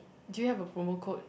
do you have a promo code